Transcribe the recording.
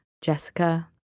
Jessica